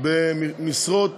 במשרות